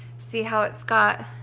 see how it's got